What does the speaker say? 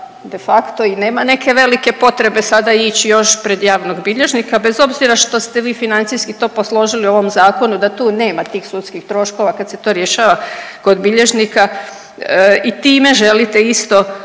de facto i nema neke velike potrebe sada ići još pred javnog bilježnika, bez obzira što ste vi financijski to posložili u ovom zakonu da tu nema tih sudskih troškova kad se to rješava kod bilježnika i time želite isto